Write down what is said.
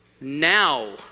now